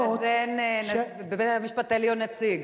אין בבית-המשפט העליון נציג.